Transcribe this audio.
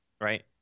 right